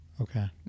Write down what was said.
Okay